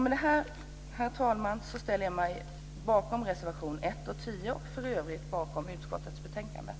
Med detta, herr talman, ställer jag mig bakom reservationerna 1 och 10, för övrigt bakom utskottets förslag.